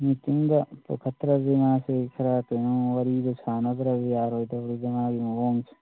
ꯃꯤꯇꯤꯡꯗ ꯄꯨꯈꯠꯇ꯭ꯔꯗꯤ ꯃꯥꯁꯤ ꯈꯔ ꯀꯩꯅꯣ ꯋꯥꯔꯤꯗꯨ ꯁꯥꯟꯅꯗ꯭ꯔꯗꯤ ꯌꯥꯔꯣꯏꯗꯧꯔꯤꯗ ꯃꯥꯒꯤ ꯃꯥꯑꯣꯡꯁꯦ